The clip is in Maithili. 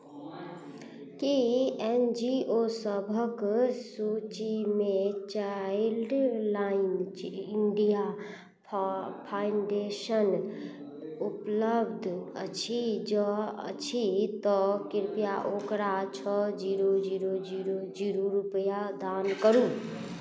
की एन जी ओ सभक सूचीमे चाइल्डलाइन इंडिया फ फाउंडेशन उपलब्ध अछि जँ अछि तऽ कृप्या ओकरा छओ जीरो जीरो जीरो जीरो रुपैआ दान करू